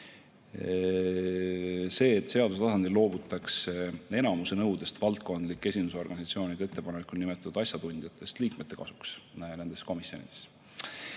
kohta, et seaduse tasandil loobutaks enamuse nõudest valdkondlike esindusorganisatsioonide ettepanekul nimetatud asjatundjatest liikmete kasuks nendes komisjonides